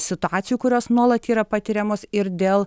situacijų kurios nuolat yra patiriamos ir dėl